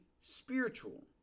spiritual